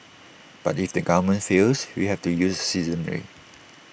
but if the government fails we have to use the citizenry